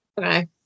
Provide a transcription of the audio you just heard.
okay